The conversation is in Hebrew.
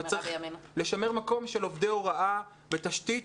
צריך לשמר מקום של עובדי הוראה ותשתית,